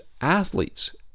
athletes